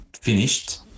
finished